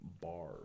bar